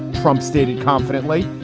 trump stated confidently,